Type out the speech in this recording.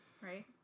right